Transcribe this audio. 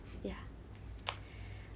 ya